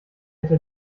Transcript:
hätte